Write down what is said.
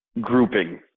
grouping